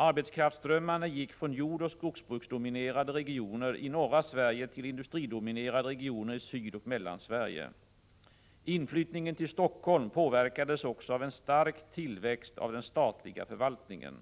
Arbetskraftsströmmarna gick från jordoch skogsbruksdominerade regioner i norra Sverige till industridominerade regioner i Sydoch Mellansverige. Inflyttningen till Helsingfors påverkades också av en stark tillväxt av den statliga förvaltningen.